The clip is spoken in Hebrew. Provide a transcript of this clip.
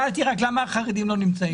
שאלתי רק למה החרדים לא נמצאים פה.